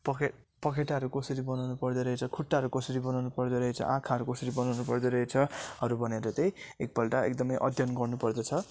पखे पखेटाहरू कसरी बनाउनु पर्दो रहेछ खुट्टाहरू कसरी बनाउनु पर्दो रहेछ आँखाहरू कसरी बनाउनु पर्दो रहेछहरू भनेर चाहिँ एकपल्ट एकदमै अध्ययन गर्नु पर्दछ